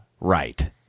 Right